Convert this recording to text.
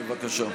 בבקשה.